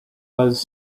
was